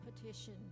petition